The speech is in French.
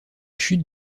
chutes